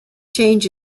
change